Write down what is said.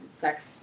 sex